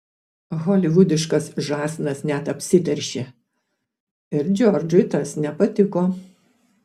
holivudiškas žąsinas net apsiteršė ir džordžui tas nepatiko